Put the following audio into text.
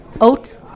Oat